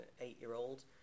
eight-year-old